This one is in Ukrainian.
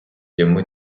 йому